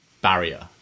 barrier